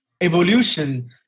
evolution